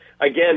again